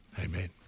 Amen